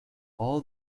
all